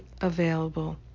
available